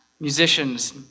musicians